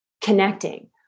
connecting